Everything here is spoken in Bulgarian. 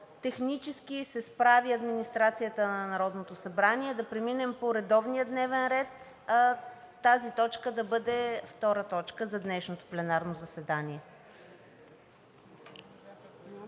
технически се справи администрацията на Народното събрание, да преминем по редовния дневен ред, а тази точка да бъде втора точка за днешното пленарно заседание.